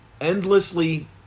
endlessly